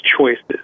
choices